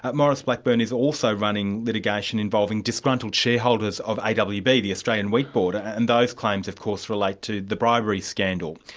but maurice blackburn is also running litigation involving disgruntled shareholders of awb, the australian wheat board, and those claims of course relate to the bribery scandal.